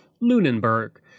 Lunenburg